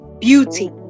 beauty